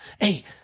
hey